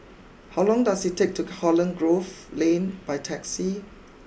how long does it take to Holland Grove Lane by taxi